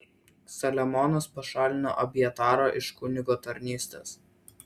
saliamonas pašalino abjatarą iš kunigo tarnystės